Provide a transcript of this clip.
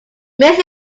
miss